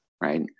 right